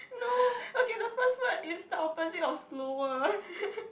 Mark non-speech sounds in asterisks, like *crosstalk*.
no okay the first word is the opposite of slower *laughs*